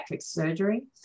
surgery